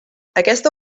aquesta